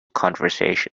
conversation